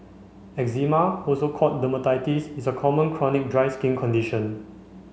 eczema also called dermatitis is a common chronic dry skin condition